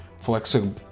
flexible